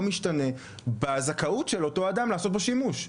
משתנה בזכאות של אותו אדם לעשות בו שימוש?